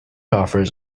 offers